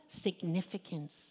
significance